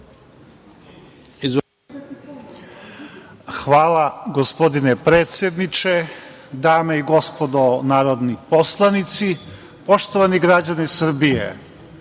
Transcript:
Hvala, gospodine predsedniče. Dame i gospodo narodni poslanici, poštovani građani Srbije,